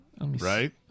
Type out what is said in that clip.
Right